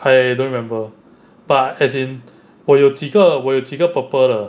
I don't remember but as in 我有几个我有几个 purple 的